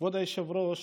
כבוד היושב-ראש,